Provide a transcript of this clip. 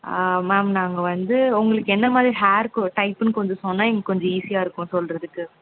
ஆ ma'am நாங்கள் வந்து உங்களுக்கு என்ன மாதிரி ஹார்க்கு டைப்புன்னு கொஞ்சம் சொன்னால் எங்களுக்கு கொஞ்சம் ஈசியாக இருக்கும் சொல்கிறதுக்கு